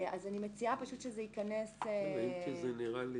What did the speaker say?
אז אני מציעה שזה ייכנס -- אם כי נראה לי